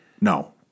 No